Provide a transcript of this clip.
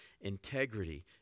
Integrity